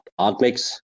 Artmix